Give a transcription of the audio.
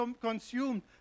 consumed